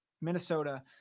Minnesota